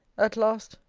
at last,